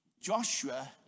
joshua